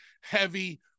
heavy